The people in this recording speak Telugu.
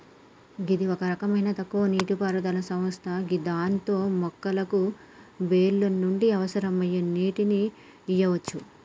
గిది ఒక రకమైన తక్కువ నీటిపారుదల వ్యవస్థ గిదాంతో మొక్కకు వేర్ల నుండి అవసరమయ్యే నీటిని ఇయ్యవచ్చు